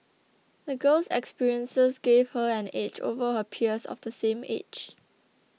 the girl's experiences gave her an edge over her peers of the same age